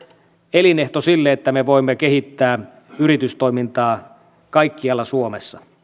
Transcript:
elinehto sille että me voimme kehittää yritystoimintaa kaikkialla suomessa